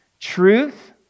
Truth